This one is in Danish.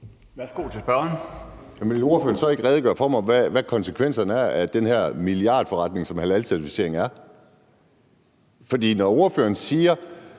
Vil ordføreren så ikke redegøre for, hvad konsekvenserne er af den her milliardforretning, som halalcertificering er? For ordføreren siger,